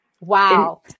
Wow